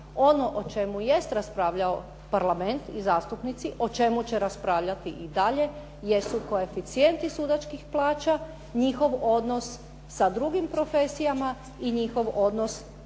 Ono o čemu jest raspravljao Parlament i zastupnici, o čemu će raspravljati i dalje jesu koeficijenti sudačkih plaća, njihov odnos sa drugim profesijama i njihov odnos